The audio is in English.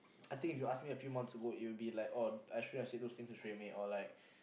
I think if you ask me a few months ago it will be like oh I shouldn't have said those things to Xue-Mei or like